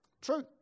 True